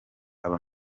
aba